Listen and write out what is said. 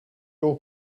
your